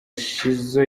shizzo